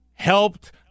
helped